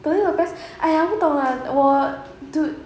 tony lopez !aiya! 不懂啦我 dude